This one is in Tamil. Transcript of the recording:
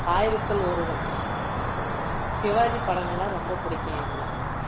ஆயிரத்தில் ஒருவன் சிவாஜி படங்கள்லாம் ரொம்ப பிடிக்கும் எங்களுக்கு